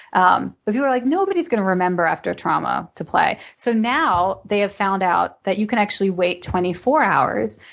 um but people are like, nobody's going to remember after a trauma to play. so now, they have found out that you can actually wait twenty four hours.